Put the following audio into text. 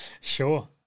Sure